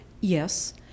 Yes